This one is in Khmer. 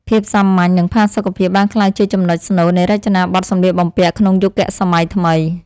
ភាពសាមញ្ញ និងផាសុកភាពបានក្លាយជាចំណុចស្នូលនៃរចនាប័ទ្មសម្លៀកបំពាក់ក្នុងយុគសម័យថ្មី។